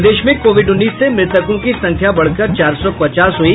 प्रदेश में कोविड उन्नीस से मृतकों की संख्या बढ़कर चार सौ पचास हुई